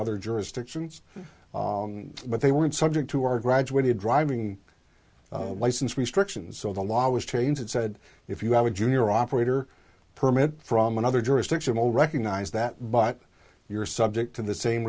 other jurisdictions but they weren't subject to our graduated driving license restrictions so the law was changed and said if you have a junior operator permit from another jurisdiction will recognize that but you're subject to the same